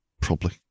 Probably